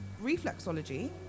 Reflexology